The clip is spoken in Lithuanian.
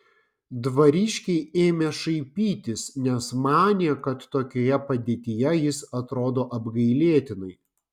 dvariškiai ėmė šaipytis nes manė kad tokioje padėtyje jis atrodo apgailėtinai